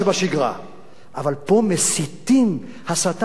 אבל פה מסיתים הסתה פי כמה יותר קשה,